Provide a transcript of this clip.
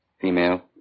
Female